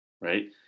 Right